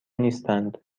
نیستند